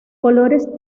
colores